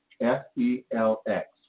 F-E-L-X